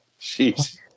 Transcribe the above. Jeez